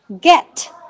get